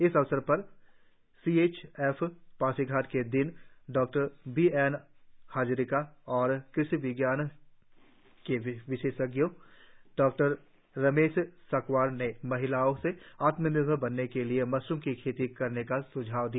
इस अवसर पर सी एच एफ पासीघाट के डीन डॉ बी एन हाजोरिका और कृषि विज्ञान के विशेषज्ञों डॉ रमेश शाक्यवार ने महिलाओं से आत्मनिर्भर बनने के लिए मशरुम की खेती करने का सुझाव दिया